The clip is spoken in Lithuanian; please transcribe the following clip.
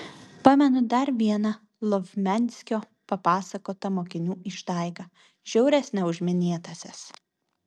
pamenu dar vieną lovmianskio papasakotą mokinių išdaigą žiauresnę už minėtąsias